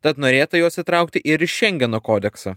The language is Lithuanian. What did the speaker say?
tad norėta juos įtraukti ir šengeno kodeksą